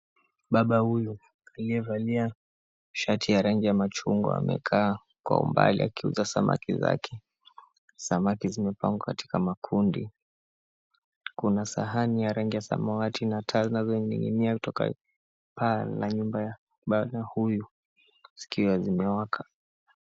Baba huyu aliyavalia sharti ya machungwa amekaa kwa umbali akiuza samaki zake. Samaki zimepangwa katika makundi. Kuna sahani ya rangi ya samawati na taa zinazoninginia kutoka paa la nyumba ya baba huyu zikiwa zimewaka.